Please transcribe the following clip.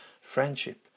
friendship